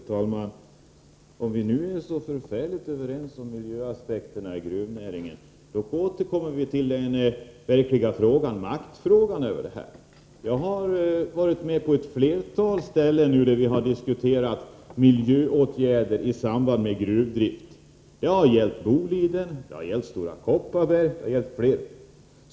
Herr talman! Om vi nu är så förfärligt överens om miljöaspekterna inom gruvnäringen, får vi återkomma till den verkligt viktiga frågan, nämligen maktfrågan. Jag har varit med om ett flertal diskussioner om miljöåtgärder i samband med gruvdrift. Det har gällt Boliden, Stora Kopparberg och andra företag.